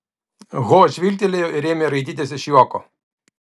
ho žvilgtelėjo ir ėmė raitytis iš juoko